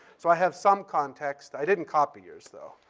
so i have some context. i didn't copy yours, though,